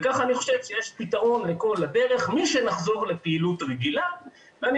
כך אני חושב שיש פתרון לכל הדרך מהחזרה לפעילות רגילה ואני